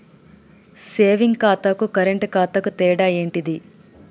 Saving ఖాతాకు current ఖాతాకు తేడా ఏంటిది?